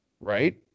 right